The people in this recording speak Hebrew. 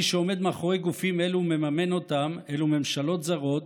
מי שעומד מאחורי גופים אלו ומממן אותם אלו ממשלות זרות,